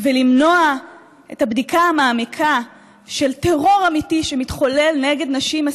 ולמנוע את הבדיקה המעמיקה של טרור אמיתי שמתחולל נגד נשים,